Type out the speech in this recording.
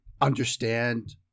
understand